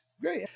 Great